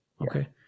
Okay